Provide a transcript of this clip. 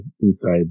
inside